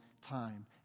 time